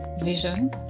vision